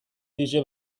ویژه